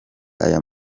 aya